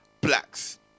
Blacks